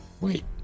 Wait